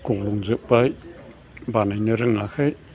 गब्लंजोब्बाय बानायनो रोङाखै